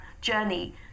journey